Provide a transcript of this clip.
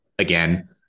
Again